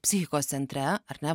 psichikos centre ar ne